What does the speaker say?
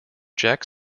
jack